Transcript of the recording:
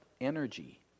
energy